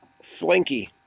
Slinky